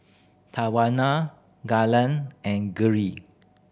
Tawana Galen and Geri